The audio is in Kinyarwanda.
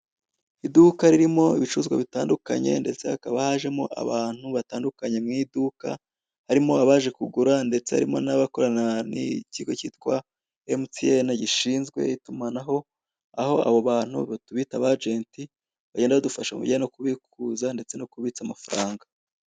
Iduka ririmo ibicuruzwa bitandukanye ndetse hakaba hajemo abantu batandukanye mu iduka, harimo abaje kugura ndetse n'abakorana n'ikigo cyitwa Emutiyeni gishinzwe itumanaho aho abo bantu tubita aba ajenti bagenda badufasha mu bintu bijyanye no kubikuza ndetse no kubitsa amafaranga.